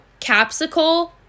Capsicle